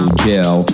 jail